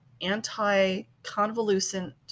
anti-convolucent